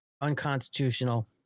unconstitutional